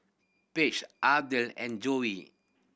Page Ardell and Joey